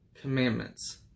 commandments